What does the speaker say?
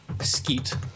skeet